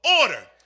order